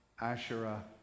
Asherah